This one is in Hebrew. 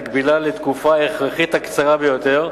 להגבילה לתקופה ההכרחית הקצרה ביותר,